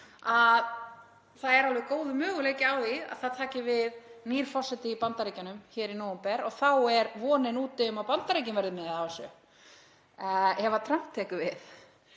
það er alveg góður möguleiki á því að það taki við nýr forseti í Bandaríkjunum í nóvember og þá er vonin úti um að Bandaríkin verði með á þessu, ef Trump tekur við.